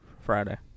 friday